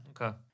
Okay